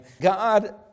God